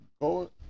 go